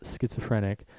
schizophrenic